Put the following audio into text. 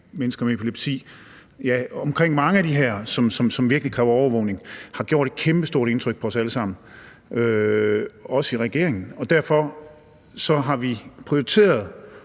forbindelse med epilepsi, og dem, som virkelig kræver overvågning, har gjort et kæmpe stort indtryk på os alle sammen, også regeringen, og derfor har vi prioriteret